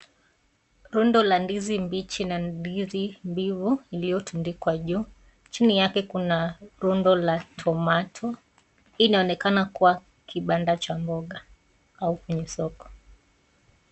Rundo la ndizi mbichi na ndizi mbiu iliyotundikwa juu chini yake kuna rundo la tomato inaonekana kuwa kibanda cha mboga au kwenye soko.